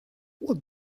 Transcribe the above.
what